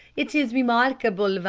it is remarkaibel,